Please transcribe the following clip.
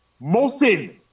Molson